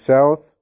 South